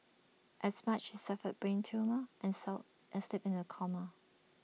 as much he suffered brain trauma and sold and slipped into A coma